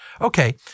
Okay